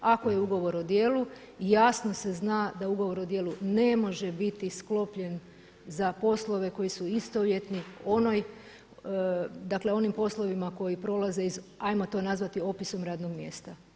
Ako je ugovor o djelu jasno se zna da ugovor o djelu ne može biti sklopljen za poslove koji su istovjetni onoj, dakle onim poslovima koji prolaze iz ajmo to nazvati opisom radnog mjesta.